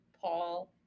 Paul